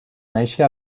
néixer